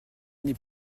n’est